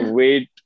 wait